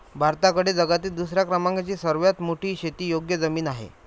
भारताकडे जगातील दुसऱ्या क्रमांकाची सर्वात मोठी शेतीयोग्य जमीन आहे